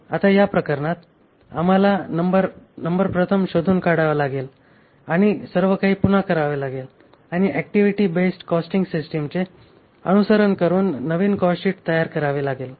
आता या प्रकरणात आम्हाला नंबर प्रथम शोधून काढावा लागेल आणि सर्वकाही पुन्हा करावे आणि ऍक्टिव्हिटी बेस्ड कॉस्टिंग सिस्टमचे अनुसरण करून नवीन कॉस्टशीट तयार करावे लागेल